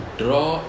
draw